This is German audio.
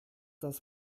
das